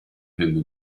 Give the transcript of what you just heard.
human